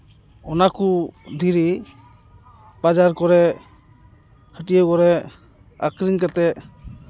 ᱚᱱᱟᱠᱚ ᱫᱷᱤᱨᱤ ᱵᱟᱡᱟᱨ ᱠᱚᱨᱮᱫ ᱦᱟᱹᱴᱭᱟᱹ ᱠᱚᱨᱮᱫ ᱟᱹᱠᱷᱨᱤᱧ ᱠᱟᱛᱮᱫ